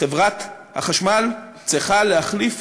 חברת החשמל צריכה להחליף